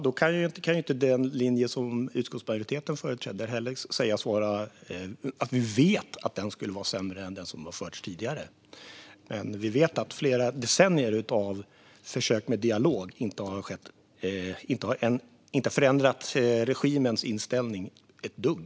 Då kan ju inte heller den linje som utskottsmajoriteten företräder sägas vara sådan att vi vet att den skulle vara sämre än den som har förts tidigare. Vi vet dock att flera decennier av försök med dialog inte har förändrat regimens inställning ett dugg.